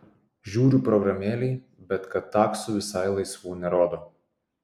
žiūriu programėlėj bet kad taksų visai laisvų nerodo